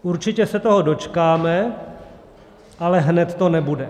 Určitě se toho dočkáme, ale hned to nebude.